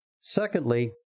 Secondly